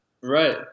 Right